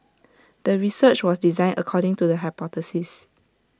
the research was designed according to the hypothesis